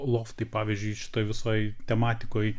loftai pavyzdžiui šitoj visoj tematikoj